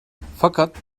fakat